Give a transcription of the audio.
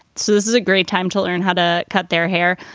so this is a great time to learn how to cut their hair.